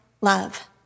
love